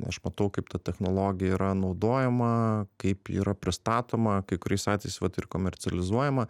aš matau kaip ta technologija yra naudojama kaip ji yra pristatoma kai kuriais atvejais vat ir komercializuojama